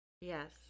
yes